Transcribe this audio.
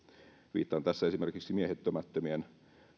viittaan tässä esimerkiksi miehittämättömien